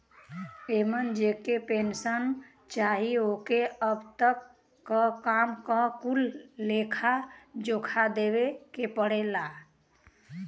एमन जेके पेन्सन चाही ओके अब तक क काम क कुल लेखा जोखा देवे के पड़ला